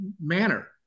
manner